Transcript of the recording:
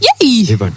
Yay